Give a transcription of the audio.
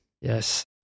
Yes